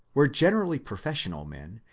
were generally pro fessional men,